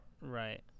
right